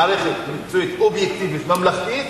מערכת מקצועית אובייקטיבית ממלכתית,